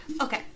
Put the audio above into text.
Okay